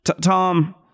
Tom